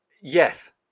Yes